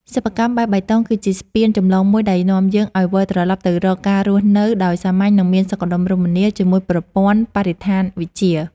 សិប្បកម្មបែបបៃតងគឺជាស្ពានចម្លងមួយដែលនាំយើងឱ្យវិលត្រឡប់ទៅរកការរស់នៅដោយសាមញ្ញ និង មានភាពសុខដុមរមនាជាមួយប្រព័ន្ធបរិស្ថានវិទ្យា។